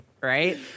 Right